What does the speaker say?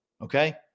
Okay